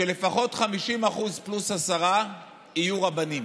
שלפחות 50% פלוס 10% יהיו רבנים